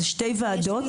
זה שתי ועדות.